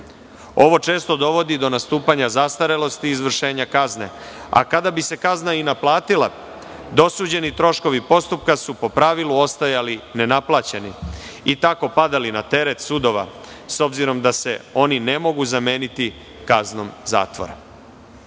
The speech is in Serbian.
Ovo često dovodi do nastupanja zastarelosti izvršenja kazne, a kada bi se kazna i naplatila, dosuđeni troškovi postupka su po pravilu ostajali nenaplaćeni i tako padali na teret sudova, s obzirom da se oni ne mogu zameniti kaznom zatvora.